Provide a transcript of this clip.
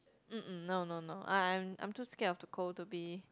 um um no no no I I'm I'm too scared of the cold to be